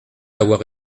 avoir